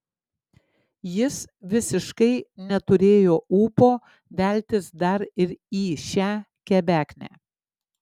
jis visiškai neturėjo ūpo veltis dar ir į šią kebeknę